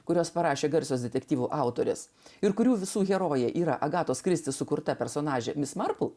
kuriuos parašė garsios detektyvų autorės ir kurių visų herojai yra agatos kristi sukurtą personažą mis marku